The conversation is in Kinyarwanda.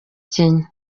kenya